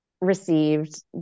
received